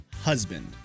husband